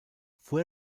fue